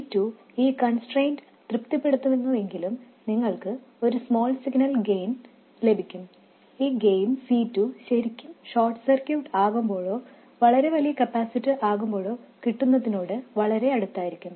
C2 ഈ constraint തൃപ്തിപ്പെടുത്തുന്നുവെങ്കിൽ നിങ്ങൾക്ക് ഒരു സ്മോൾ സിഗ്നൽ ഗെയിൻ ലഭിക്കും ഈ ഗെയിൻ C2 ശെരിക്കും ഷോട്ട് സർക്യൂട്ട് ആകുമ്പോഴോ വളരെ വലിയ കപ്പാസിറ്റർ ആകുമ്പോഴോ കിട്ടുന്നതിനോട് വളരെ അടുത്തായിരിക്കും